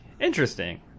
Interesting